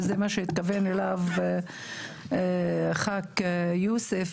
וזה מה שהתכוון אליו חבר הכנסת יוסף,